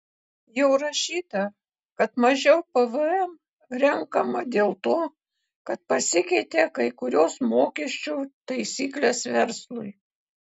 jau rašyta kad mažiau pvm renkama dėl to kad pasikeitė kai kurios mokesčių taisyklės verslui